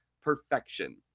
perfection